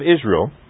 Israel